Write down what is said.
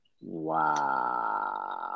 Wow